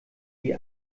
die